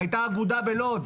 היתה אגודה בלוד.